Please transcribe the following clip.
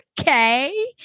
okay